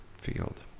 Field